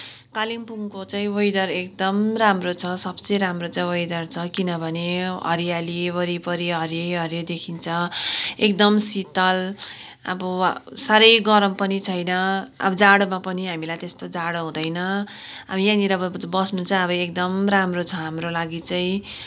कालिम्पोङको चाहिँ वेदर एकदम राम्रो छ सबसे राम्रो छ वेदर छ किनभने हरियाली वरिपरि हरियै हरियो देखिन्छ एकदम शीतल अब साह्रै गरम पनि छैन अब जाडोमा पनि हामीलाई त्यस्तो जाडो हुँदैन अब यहाँनिर अब बस्नु चाहिँ अब एकदम राम्रो छ हाम्रो लागि चाहिँ